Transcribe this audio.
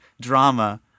drama